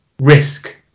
risk